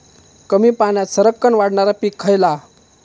कमी पाण्यात सरक्कन वाढणारा पीक खयला?